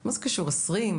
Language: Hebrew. מה זה קשור 20%?